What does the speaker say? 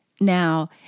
Now